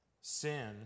Sin